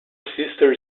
sister